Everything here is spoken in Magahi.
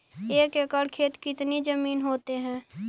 एक एकड़ खेत कितनी जमीन होते हैं?